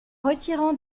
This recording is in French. retirant